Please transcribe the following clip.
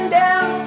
down